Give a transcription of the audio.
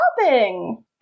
shopping